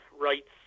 rights